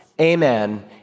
amen